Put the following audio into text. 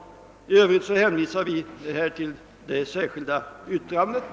I övrigt vill jag hänvisa till det särskilda yttrandet.